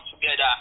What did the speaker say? together